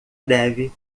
deve